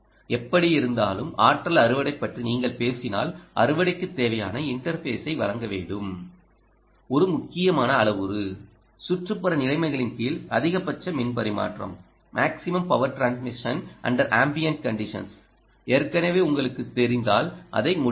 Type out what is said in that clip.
எப்படியிருந்தாலும் ஆற்றல் அறுவடை பற்றி நீங்கள் பேசினால் அறுவடைக்கு தேவையான இன்டர்ஃபேஸை வழங்க வேண்டும் ஒரு முக்கியமான அளவுரு சுற்றுப்புற நிலைமைகளின் கீழ் அதிகபட்ச மின் பரிமாற்றம் ஏற்கனவே உங்களுக்குத் தெரிந்தால் அதை முடிக்கவும்